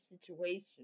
situation